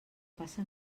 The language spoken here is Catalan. passen